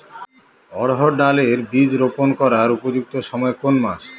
অড়হড় ডাল এর বীজ রোপন করার উপযুক্ত সময় কোন কোন মাস?